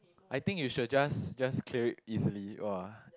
I think you should just just clear it easily !wah!